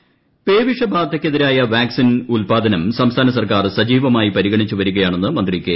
രാജു പേവിഷബാധയ്ക്കെതിരായ വാക്സിൻ ഉല്പാദനം സംസ്ഥാന സർക്കാർ സജിവമായി പരിഗണിച്ചു വരികയാണെന്ന് മന്ത്രി കെ